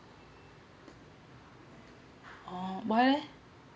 oh why leh